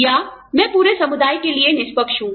या मैं पूरे समुदाय के लिए निष्पक्ष हूँ